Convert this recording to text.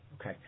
Okay